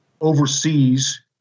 overseas